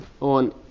on